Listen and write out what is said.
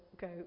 go